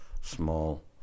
small